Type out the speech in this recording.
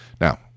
Now